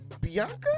Bianca